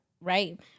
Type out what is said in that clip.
right